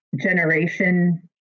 generation